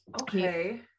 Okay